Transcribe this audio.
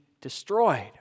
destroyed